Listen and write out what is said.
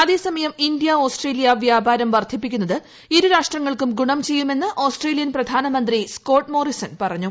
അതേസമയം India Australia വ്യാപാരം വർദ്ധിപ്പിക്കുന്നത് ഇരു രാഷ്ട്രങ്ങൾക്കും ഗുണം ചെയ്യുമെന്ന് ഓസ്ട്രേലിയൻ പ്രധാനമന്ത്രി സ്കോട്ട് മോറിസൺ പറഞ്ഞു